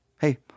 hey